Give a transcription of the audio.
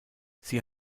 sie